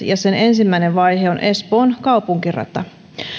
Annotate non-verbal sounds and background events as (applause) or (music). (unintelligible) ja sen ensimmäinen vaihe on espoon kaupunkirata